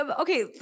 okay